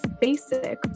basic